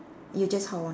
you just hold on